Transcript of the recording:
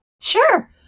Sure